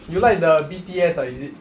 you like the B_T_S ah is it